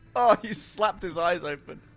oh, you slapped his eyes open